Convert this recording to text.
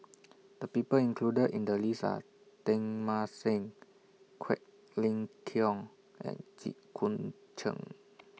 The People included in The list Are Teng Mah Seng Quek Ling Kiong and Jit Koon Ch'ng